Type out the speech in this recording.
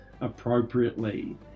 appropriately